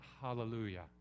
hallelujah